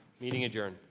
meeting adjourned,